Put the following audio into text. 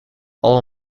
all